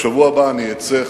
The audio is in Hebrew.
בשבוע הבא אני אצא,